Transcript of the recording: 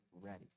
ready